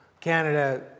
Canada